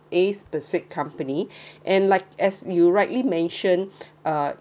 a specific company and like as you rightly mention uh